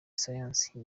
science